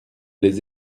les